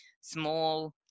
Small